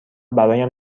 برایم